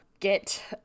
Get